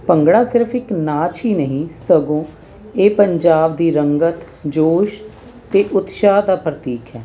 ਭੰਗੜਾ ਸਿਰਫ ਇੱਕ ਨਾਚ ਹੀ ਨਹੀਂ ਸਗੋਂ ਇਹ ਪੰਜਾਬ ਦੀ ਰੰਗਤ ਜੋਸ਼ ਅਤੇ ਉਤਸ਼ਾਹ ਦਾ ਪ੍ਰਤੀਕ ਹੈ